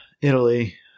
Italy